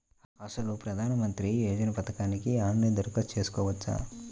అసలు ప్రధాన మంత్రి యోజన పథకానికి ఆన్లైన్లో దరఖాస్తు చేసుకోవచ్చా?